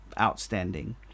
outstanding